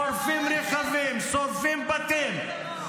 -- שורפים רכבים, שורפים בתים.